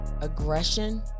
aggression